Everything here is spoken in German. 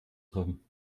treffen